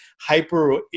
hyper